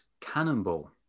cannonball